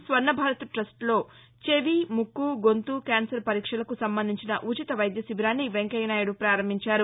స్వర్ణభారత్ టస్ట్లో చెవి ముక్కు గొంతు క్యాస్సర్ పరీక్షలకు సంబంధించిన ఉచిత వైద్య శిబిరాన్ని వెంకయ్యనాయుడు పారంభించారు